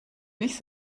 nicht